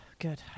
Good